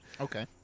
Okay